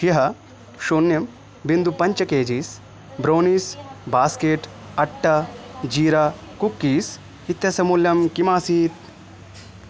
ह्यः शून्यं बिन्दु पञ्च K G S brownies basket atta jeera cookies इत्यस्य मूल्यं किम् आसीत्